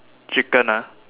chicken ah